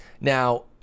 Now